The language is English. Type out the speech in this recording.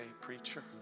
preacher